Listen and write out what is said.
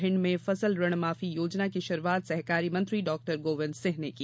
भिंड में फसले ऋण माफी योजना की शुरूआत सहकारिता मंत्री डॉ गोविंदसिंह ने की